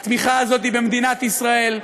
התמיכה הזאת היא במדינת ישראל,